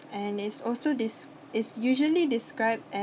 and it's also this is usually described as